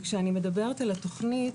כשאני מדברת על התכנית,